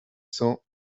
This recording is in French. cents